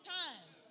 times